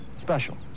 special